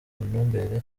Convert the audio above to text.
ntumbero